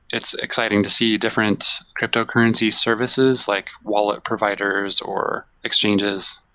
it's exciting to see different cryptocurrency services, like wallet providers, or exchanges,